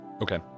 Okay